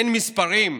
אין מספרים?